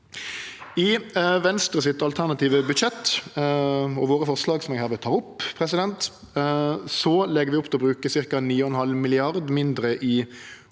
I Venstres alternative budsjett og våre forslag, som eg her vil ta opp, legg vi opp til å bruke ca. 9,5 mrd. kr mindre i